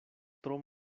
tro